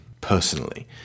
personally